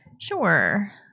Sure